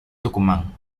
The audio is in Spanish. tucumán